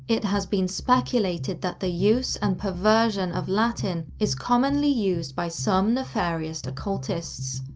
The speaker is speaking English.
it has been speculated that the use and perversion of latin is commonly used by some nefarious occultists,